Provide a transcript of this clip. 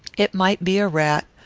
it might be a rat,